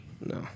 No